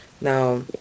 Now